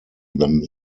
than